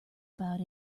about